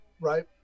right